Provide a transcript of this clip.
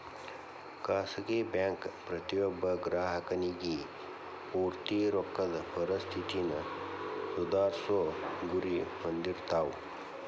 ಖಾಸಗಿ ಬ್ಯಾಂಕ್ ಪ್ರತಿಯೊಬ್ಬ ಗ್ರಾಹಕನಿಗಿ ಪೂರ್ತಿ ರೊಕ್ಕದ್ ಪರಿಸ್ಥಿತಿನ ಸುಧಾರ್ಸೊ ಗುರಿ ಹೊಂದಿರ್ತಾವ